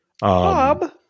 Bob